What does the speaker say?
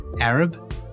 Arab